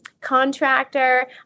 contractor